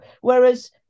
whereas